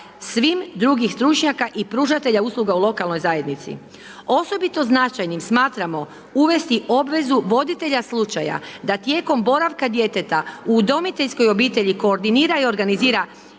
svim drugih stručnjaka i pružatelja usluga u lokalnoj zajednici. Osobito značajnim smatramo uvesti obvezu voditelja slučaja da tijekom boravka djeteta u udomiteljskoj obitelji koordinira i organizira